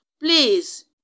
please